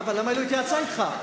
אבל למה היא לא התייעצה אתך?